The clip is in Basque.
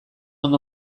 ondo